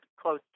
close